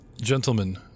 gentlemen